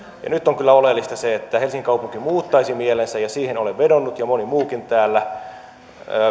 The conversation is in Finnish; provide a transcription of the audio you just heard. ja nyt on kyllä oleellista se että helsingin kaupunki muuttaisi mielensä ja siihen olen vedonnut ja moni muukin täällä